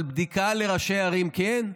אבל בדיקה של ראשי ערים כן?